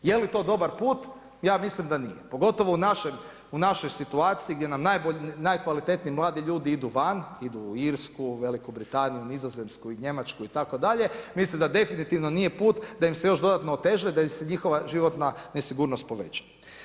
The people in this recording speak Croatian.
Je li to dobar put, ja mislim da nije pogotovo u našoj situaciji gdje nam najbolji, najkvalitetniji mladi ljudi idu van, idu u Irsku, u Veliku Britaniju, Nizozemsku, Njemačku itd., mislim da definitivno nije put da im se još dodatno oteža i da im se njihova životna nesigurnost poveća.